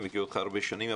אני מכיר אותך הרבה שנים,